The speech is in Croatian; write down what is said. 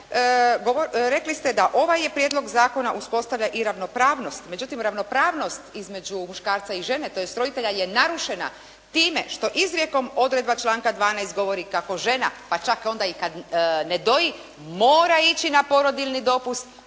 rekli ste da ovaj je prijedlog zakona uspostavlja i ravnopravnost, međutim ravnopravnost između muškarca i žene, tj. roditelja je narušena time što izrijekom odredba članka 12. govori kako žena, pa čak onda i kad ne doji mora ići na porodiljni dopust,